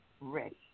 ready